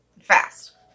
fast